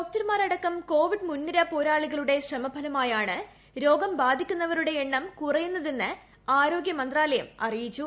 doctor മാരടക്കം covid മുൻനിരപ്പോരാളികളുടെ ശ്രമഫലമായാണ് രോഗബാധിതരുടെ എണ്ണം കുറയുന്നതെന്ന് ആരോഗ്യ മന്ത്രാലയം അറിയിച്ചു